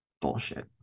bullshit